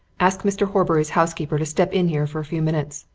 ask mr. horbury's housekeeper to step in here for a few minutes,